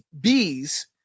bees